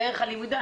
זה ערך הלמידה.